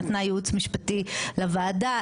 שנתנה ייעוץ משפטי לוועדה,